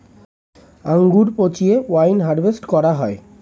আঙ্গুর পচিয়ে wine harvest করা হয়